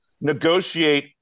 negotiate